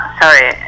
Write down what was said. sorry